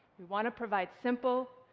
we want to provide simple,